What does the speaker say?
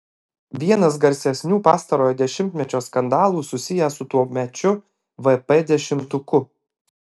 vienas garsesnių pastarojo dešimtmečio skandalų susijęs su tuomečiu vp dešimtuku